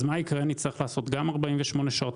אני אצטרך לעשות גם בדיקת PCR 48 שעות